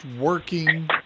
working